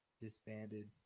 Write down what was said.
disbanded